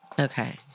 Okay